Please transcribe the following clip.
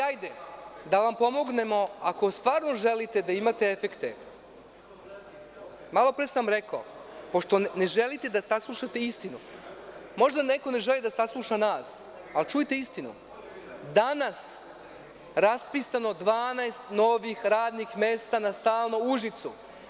Hajde da vam pomognemo, ako stvarno želite da imate efekte, jer malopre sam rekao, ne želite da saslušate istinu, možda neko ne želi da sasluša nas, ali čujte istinu, danas raspisano 12 novih radnih mesta na stalno u Užicu.